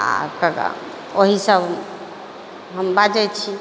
आओर ओकर बाद वही सब हम बाजै छी